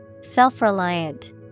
Self-reliant